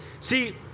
See